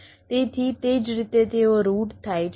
તેથી તે જ રીતે તેઓ રૂટ થાય છે